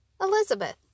Elizabeth